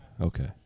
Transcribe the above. okay